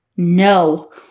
No